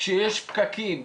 כשיש פקקים,